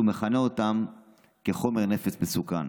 ומכנה אותם חומר נפץ מסוכן.